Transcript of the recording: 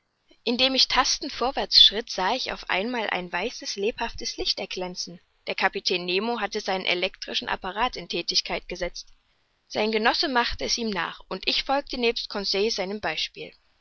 indem ich tastend vorwärts schritt sah ich auf einmal ein weißes lebhaftes licht erglänzen der kapitän nemo hatte seinen elektrischen apparat in thätigkeit gesetzt sein genosse machte es ihm nach und ich folgte nebst conseil ihrem beispiel